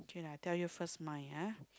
okay lah I tell you first mine ah